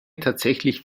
tatsächlich